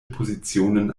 positionen